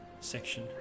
section